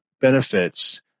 benefits